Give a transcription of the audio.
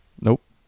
nope